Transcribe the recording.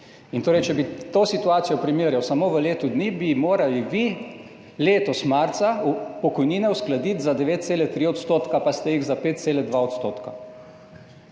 %. Torej, če bi to situacijo primerjal samo v letu dni, bi morali vi letos marca pokojnine uskladiti za 9,3 %, pa ste jih za 5,2 %.